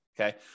Okay